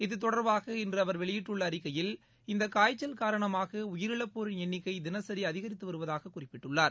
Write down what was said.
இது தொடர்பாக இன்று அவர் வெளியிட்டுள்ள அறிக்கையில் இந்த காய்ச்சல் காரணமாக உயிரிழப்போரின் எண்ணிக்கை தினசரி அதிகரித்து வருவதாகக் குறிப்பிட்டுள்ளார்